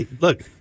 Look